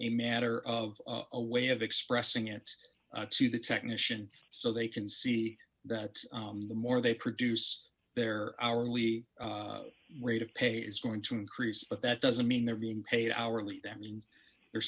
a matter of a way of expressing it to the technician so they can see that the more they produce their hourly rate of pay is going to increase but that doesn't mean they're being paid hourly th